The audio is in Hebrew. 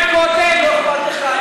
אתה לא צריך הגנה,